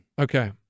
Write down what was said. Okay